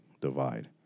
divide